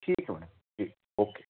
ठीक है madam ji okay